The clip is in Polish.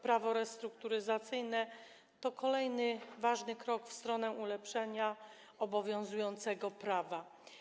Prawo restrukturyzacyjne to kolejny ważny krok w stronę ulepszenia obowiązującego prawa.